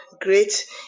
Great